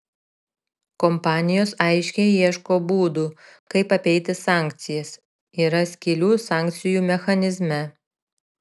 kompanijos aiškiai ieško būdų kaip apeiti sankcijas yra skylių sankcijų mechanizme